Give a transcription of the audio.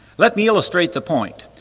let me illustrate the point,